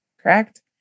Correct